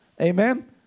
Amen